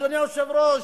אדוני היושב-ראש,